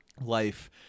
life